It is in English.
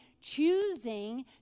choosing